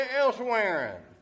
elsewhere